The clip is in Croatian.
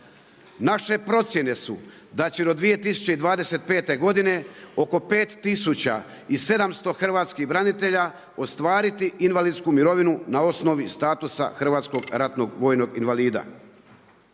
Naše procjene su da će do 2025. godine, oko 5000 i 700 hrvatskih branitelja ostvariti invalidsku mirovinu na osnovi statusa hrvatskog ratnog vojnog invalida.